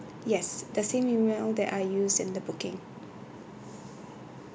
yes the same E-mail that I used in the booking